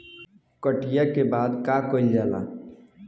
कटिया के बाद का कइल जाला?